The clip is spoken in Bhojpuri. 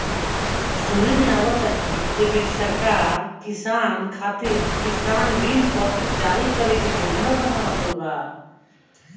सुने में त आवता की ऐ बेरी सरकार किसान खातिर किसान ऋण पत्र जारी करे के योजना बना रहल बा